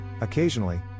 Occasionally